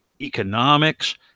economics